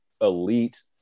elite